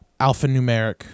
alphanumeric